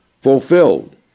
Fulfilled